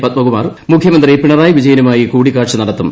പദ്മകുമാർ മുഖ്യമന്ത്രി പിണറായി വിജയനുമായി കൂടിക്കാഴ്ച നടത്തും